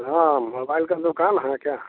हाँ मोबाईल का दुकान है क्या